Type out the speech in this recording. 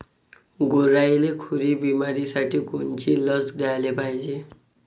गुरांइले खुरी बिमारीसाठी कोनची लस द्याले पायजे?